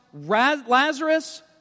Lazarus